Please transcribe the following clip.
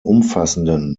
umfassenden